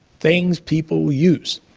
things people use.